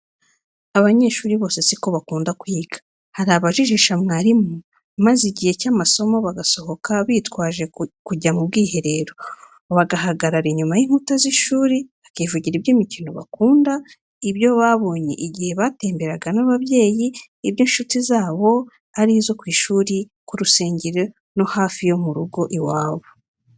Abanyeshuri bose si ko bakunda kwiga, hari abajijisha mwarimu maze igihe cy'amasomo bagasohoka bitwaje kujya mu bwiherero, bagahagarara inyuma y'inkuta z'ishuri bakivugira iby'imikino bakunda, ibyo babonye igihe batemberanaga n'ababyeyi, iby'incuti zabo, ari izo ku ishuri, ku rusengero, no hafi yo mu rugo iwabo.